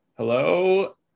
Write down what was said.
Hello